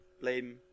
blame